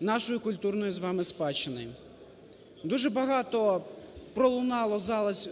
нашої культурної з вами спадщини. Дуже багато пролунало